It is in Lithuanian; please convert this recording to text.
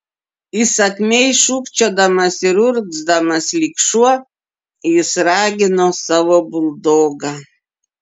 įsakmiai šūkčiodamas ir urgzdamas lyg šuo jis ragino savo buldogą